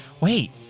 wait